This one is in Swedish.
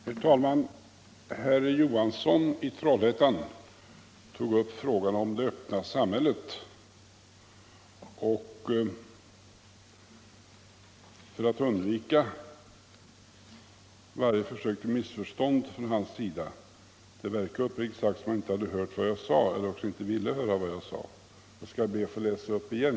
Herr talman! Herr Johansson i Trollhättan tog upp frågan om det öppna samhället, och för att undvika varje försök till missförstånd från hans sida — det verkar uppriktigt sagt som om han inte hade hört vad jag sade eller också inte ville höra det — skall jag be att än en gång få läsa upp vad jag yttrade.